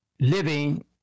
living